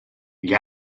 gli